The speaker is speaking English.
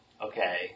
Okay